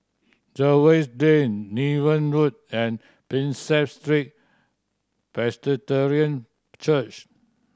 Jervois Lane Niven Road and Prinsep Street Presbyterian Church